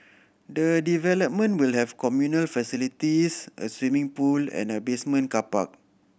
the development will have communal facilities a swimming pool and a basement car park